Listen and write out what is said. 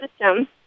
system